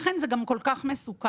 לכן זה גם כל כך מסוכן.